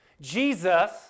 Jesus